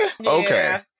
Okay